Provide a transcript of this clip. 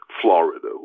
Florida